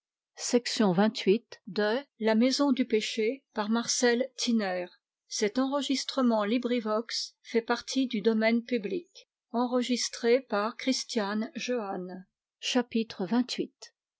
à la maison du